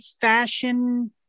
fashion